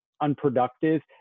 unproductive